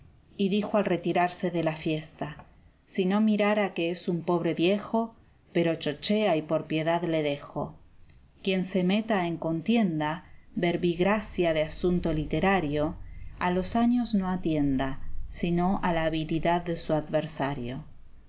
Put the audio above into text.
y dijo al retirarse de la fiesta si no mirara que es un pobre viejo pero chochea y por piedad le dejo quien se meta en contienda verbigracia de asunto literario a los años no atienda sino a la habilidad de su adversario